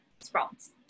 sprouts